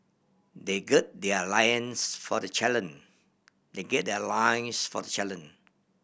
they gird their lions for the challenge they gird their lions for the challenge